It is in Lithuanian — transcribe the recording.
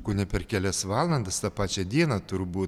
kone per kelias valandas tą pačią dieną turbūt